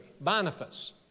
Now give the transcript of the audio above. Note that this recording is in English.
Boniface